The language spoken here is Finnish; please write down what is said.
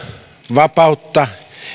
vapautta